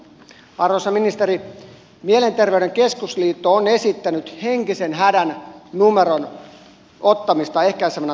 arvoisa ministeri mielenterveyden keskusliitto on esittänyt henkisen hädän numeron ottamista ehkäisevänä toimenpiteenä